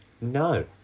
No